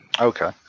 Okay